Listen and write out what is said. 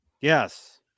yes